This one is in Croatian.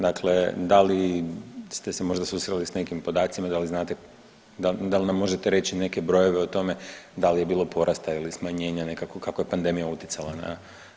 Dakle, da li ste se možda susreli s nekim podacima, da li znate, da li nam možete reći neke brojeve o tome da li je bilo porasta ili smanjenja nekakvog kako je pandemija utjecala na to.